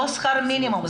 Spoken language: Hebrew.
לא שכר מינימום,